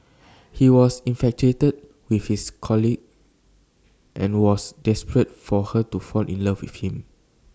he was infatuated with his colleague and was desperate for her to fall in love with him